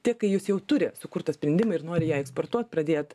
tiek kai jis jau turi sukurtą sprendimą ir nori ją eksportuot pradėt